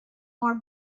more